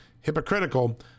hypocritical